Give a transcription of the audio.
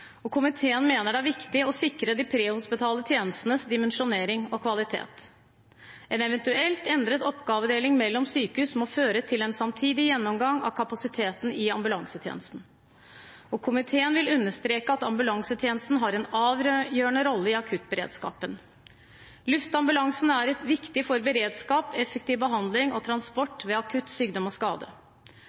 og komiteen mener det er viktig å sikre de prehospitale tjenestenes dimensjonering og kvalitet. En eventuelt endret oppgavedeling mellom sykehus må føre til en samtidig gjennomgang av kapasiteten i ambulansetjenesten. Komiteen vil understreke at ambulansetjenesten har en avgjørende rolle i akuttberedskapen. Luftambulansen er viktig for beredskap, effektiv behandling og transport ved akutt sykdom og skade.